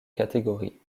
catégorie